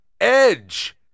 Edge